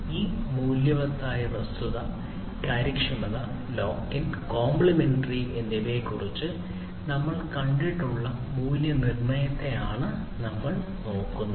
ഈ മൂല്യവത്തായ വസ്തുത കാര്യക്ഷമത ലോക്ക് ഇൻ കോംപ്ലിമെന്ററിറ്റി എന്നിവയെക്കുറിച്ച് നമ്മൾ കണ്ടിട്ടുള്ള മൂല്യനിർണ്ണയത്തെയാണ് നമ്മൾ നോക്കുന്നത്